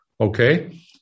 Okay